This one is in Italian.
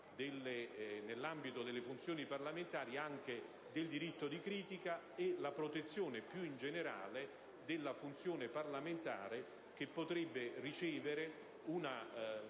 nell'ambito delle funzioni parlamentari, del diritto di critica e la protezione più in generale della funzione parlamentare, la quale potrebbe ricevere una